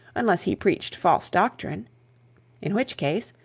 unless he preached false doctrine in which case,